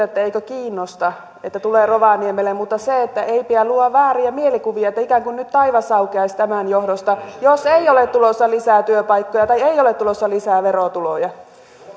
etteikö kiinnosta että tulee rovaniemelle mutta ei pidä luoda vääriä mielikuvia että ikään kuin nyt taivas aukeaisi tämän johdosta jos ei ole tulossa lisää työpaikkoja tai ei ole tulossa lisää verotuloja